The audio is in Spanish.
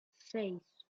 seis